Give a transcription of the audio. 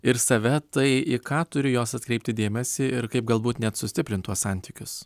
ir save tai į ką turi jos atkreipti dėmesį ir kaip galbūt net sustiprint tuos santykius